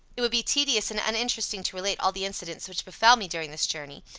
it would be tedious and uninteresting to relate all the incidents which befell me during this journey,